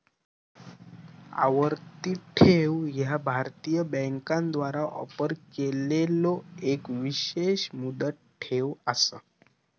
आवर्ती ठेव ह्या भारतीय बँकांद्वारा ऑफर केलेलो एक विशेष मुदत ठेव असा